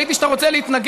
ראיתי שאתה רוצה להתנגד,